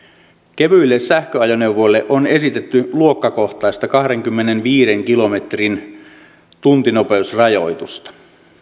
kevyille sähköajoneuvoille on esitetty luokkakohtaista kahdenkymmenenviiden kilometrin tuntinopeusrajoitusta